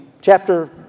chapter